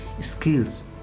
skills